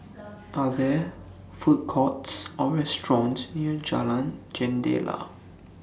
Are There Food Courts Or restaurants near Jalan Jendela